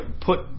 put